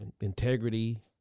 integrity